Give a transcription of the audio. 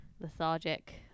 lethargic